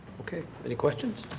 any questions?